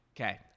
Okay